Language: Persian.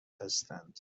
هستند